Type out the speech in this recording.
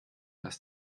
dass